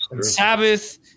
Sabbath